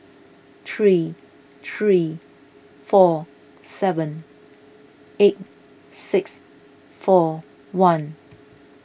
three three four seven eight six four one